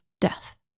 death